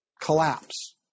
collapse